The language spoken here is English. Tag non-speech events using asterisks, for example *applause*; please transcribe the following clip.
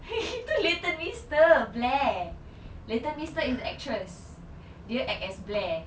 *laughs* itu leighton meester blair leighton meester is an actress dia act as blair